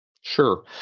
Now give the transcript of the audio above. Sure